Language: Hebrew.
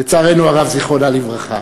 לצערנו הרב, זיכרונה לברכה,